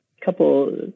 couple